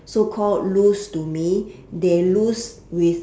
so called lose to me they lose with